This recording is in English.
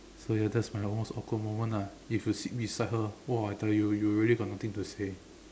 so ya that's my most awkward moment ah if you sit beside her !wah! I tell you you really got nothing to say